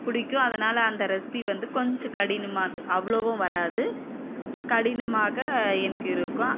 பிடிக்கும் அதனால் அந்த ரெசிப்பி வந்து கொஞ்சம் கடினமாக அவ்வளோவும் வராது கடினமாக எனக்கு இருக்கும்